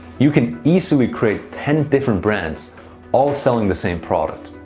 you can easily create ten different brands all selling the same product.